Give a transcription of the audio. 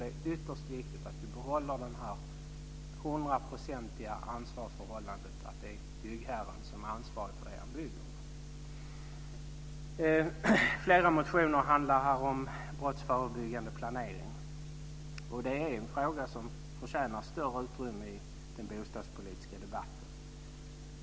Det är ytterst viktigt att vi behåller det hundraprocentiga ansvarsförhållandet. Det är byggherren som är ansvarig för det han bygger. Flera motioner handlar om brottsförebyggande planering. Det är en fråga som förtjänar större utrymme i den bostadspolitiska debatten.